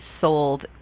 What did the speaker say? sold